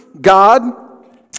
God